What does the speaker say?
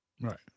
Right